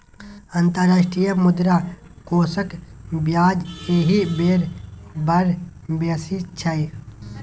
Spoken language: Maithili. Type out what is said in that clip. अंतर्राष्ट्रीय मुद्रा कोषक ब्याज एहि बेर बड़ बेसी छै